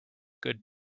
good